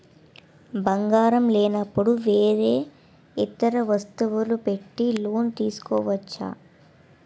బంగారం లేనపుడు వేరే ఇతర వస్తువులు పెట్టి లోన్ తీసుకోవచ్చా?